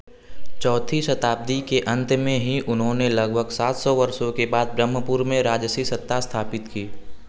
चौथी शताब्दी के अंत में ही उन्होंने लगभग सात सौ वर्षों के बाद ब्रह्मपुर में राजसी सत्ता स्थापित की